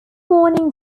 warning